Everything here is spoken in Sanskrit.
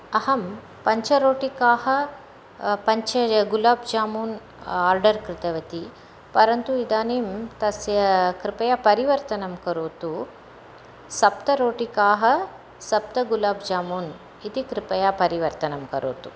अहं पञ्चरोटिकाः पञ्चगुलाब्जामून् य आर्डर् कृतवती परन्तु इदानीं तस्य कृपया परिवर्तनं करोतु सप्तरोटिकाः सप्तगुलाब्जामून् इति कृपया परिवर्तनं करोतु